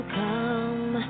come